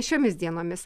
šiomis dienomis